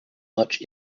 much